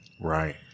Right